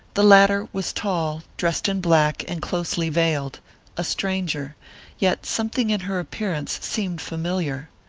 the latter was tall, dressed in black, and closely veiled a stranger yet something in her appearance seemed familiar.